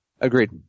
Agreed